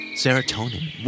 serotonin